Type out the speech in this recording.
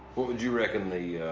what would you reckon the.